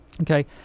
okay